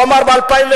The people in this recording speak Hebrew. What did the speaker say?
הוא אמר ב-2001: